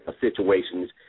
situations